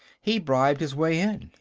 he bribed his way in.